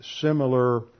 similar